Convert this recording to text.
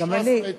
שלושה שרי תקשורת.